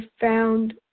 found